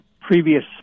previous